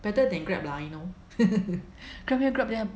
better than Grab lah you know Grab here Grab there